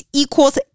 equals